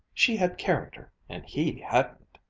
she had character and he hadn't.